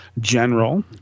general